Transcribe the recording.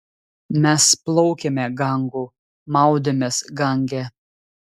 mes plaukėme gangu maudėmės gange